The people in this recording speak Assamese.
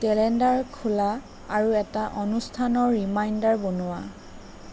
কেলেণ্ডাৰ খোলা আৰু এটা অনুষ্ঠানৰ ৰিমাইণ্ডাৰ বনোৱা